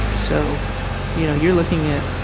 so you know you are looking at